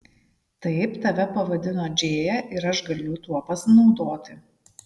taip tave pavadino džėja ir aš galiu tuo pasinaudoti